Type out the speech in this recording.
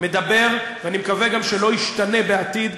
ואני מקווה גם שלא ישתנה בעתיד,